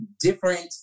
different